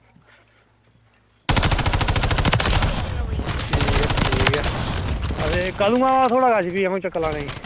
ठीक ऐ ठीक ऐ अते कदूं आवां थुआढ़े कश फ्ही अ'ऊं चक्कर लाने गी